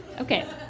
Okay